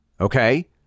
Okay